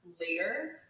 later